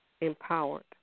empowered